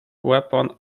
weapon